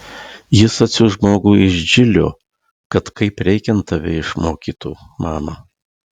jis atsiųs žmogų iš džilio kad kaip reikiant tave išmokytų mama